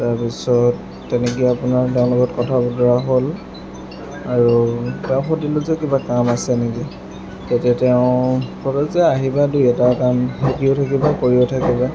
তাৰপিছত তেনেকৈ আপোনাৰ তেওঁৰ লগত কথা বতৰা হ'ল আৰু তেওঁ সুধিলে যে কিবা কাম আছে নেকি তেতিয়া তেওঁ ক'লে যে আহিবা দুই এটা কাম শিকিও থাকিবা কৰিও থাকিবা